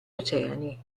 oceani